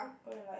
go and like